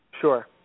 Sure